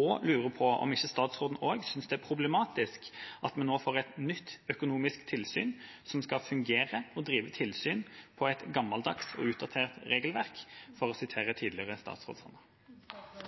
og jeg lurer på om ikke statsråden også synes det er problematisk at vi nå får et nytt økonomisk tilsyn som skal fungere og drive tilsyn basert på et gammeldags og utdatert regelverk, for å sitere en tidligere statsråd.